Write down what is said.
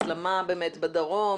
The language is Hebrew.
הסלמה בדרום,